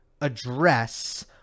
address